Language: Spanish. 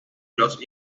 los